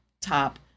Top